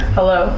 Hello